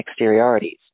exteriorities